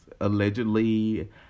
allegedly